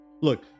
Look